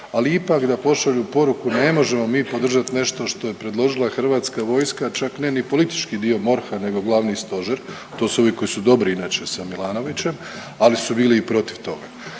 Ali ipak da pošalju poruku ne možemo mi podržati nešto što je predložila Hrvatska vojska čak ne ni politički dio MORH-a nego Glavni stožer. To su ovi koji su dobri inače sa Milanovićem ali su bili i protiv toga.